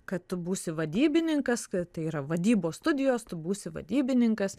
kad tu būsi vadybininkas kai tai yra vadybos studijos tu būsi vadybininkas